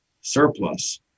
surplus